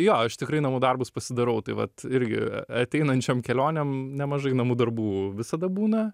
jo aš tikrai namų darbus pasidarau tai vat irgi ateinančiom kelionėm nemažai namų darbų visada būna